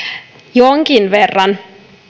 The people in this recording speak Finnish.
jonkin verran